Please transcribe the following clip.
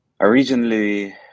originally